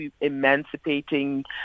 emancipating